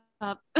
up